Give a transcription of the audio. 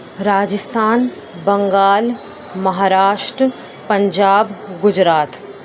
Rajasthan Bengal Maharashtra Punjab Gujarat